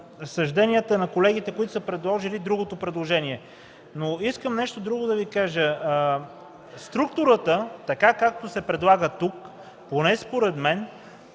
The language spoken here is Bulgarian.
съжденията на колегите, които са направили другото предложение. Ще Ви кажа нещо друго. Структурата, както се предлага тук, поне според мен